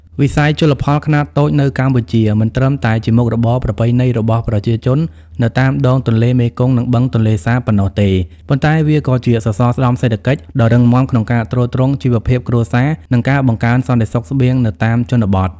វិស័យជលផលខ្នាតតូចនៅកម្ពុជាមិនត្រឹមតែជាមុខរបរប្រពៃណីរបស់ប្រជាជននៅតាមដងទន្លេមេគង្គ និងបឹងទន្លេសាបប៉ុណ្ណោះទេ ប៉ុន្តែវាក៏ជាសសរស្តម្ភសេដ្ឋកិច្ចដ៏រឹងមាំក្នុងការទ្រទ្រង់ជីវភាពគ្រួសារ និងការបង្កើនសន្តិសុខស្បៀងនៅតាមជនបទ។